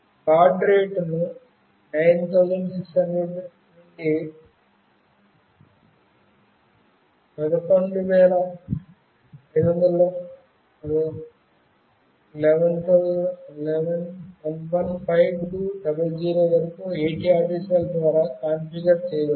bad రేటును 9600 నుండి 115200 వరకు AT ఆదేశాల ద్వారా కాన్ఫిగర్ చేయవచ్చు